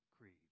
creed